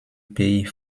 pays